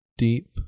deep